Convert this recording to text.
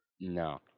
No